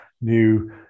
new